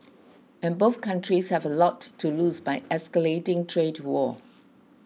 and both countries have a lot to lose by escalating trade war